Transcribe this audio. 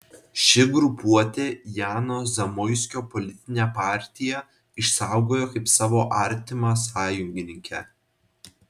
ši grupuotė jano zamoiskio politinę partiją išsaugojo kaip savo artimą sąjungininkę